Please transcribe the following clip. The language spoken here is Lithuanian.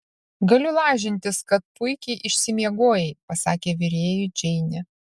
galiu lažintis kad puikiai išsimiegojai pasakė virėjui džeinė